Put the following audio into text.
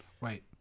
Wait